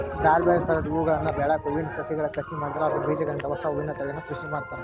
ಬ್ಯಾರ್ಬ್ಯಾರೇ ತರದ ಹೂಗಳನ್ನ ಬೆಳ್ಯಾಕ ಹೂವಿನ ಸಸಿಗಳ ಕಸಿ ಮಾಡಿ ಅದ್ರ ಬೇಜಗಳಿಂದ ಹೊಸಾ ಹೂವಿನ ತಳಿಯನ್ನ ಸೃಷ್ಟಿ ಮಾಡ್ತಾರ